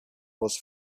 was